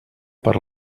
per